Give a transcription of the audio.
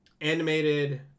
animated